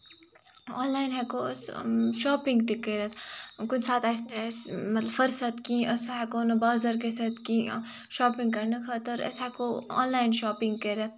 آن line ہیٚکو أسۍ shopping تہِ کٔرِتھ کُنہِ ساتہٕ آسہِ نہ اَسہِ فرست کِہینۍ أسۍ ہیٚکو نہٕ بازر گٔژھِتھ کِہینۍ شاپِنگ کرنہٕ خٲطرٕ أسۍ ہیٚکو آن لاین شاپِنگ کٔرِتھ